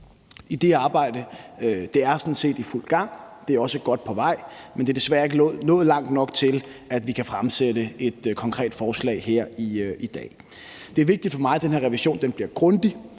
Det arbejde er sådan set i fuld gang, det er også godt på vej, men det er desværre ikke nået langt nok til, at vi kan fremsætte et konkret forslag her i dag. Det er vigtigt for mig, at den her revision bliver grundig,